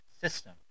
system